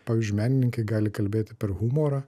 pavyzdžiui menininkai gali kalbėti per humorą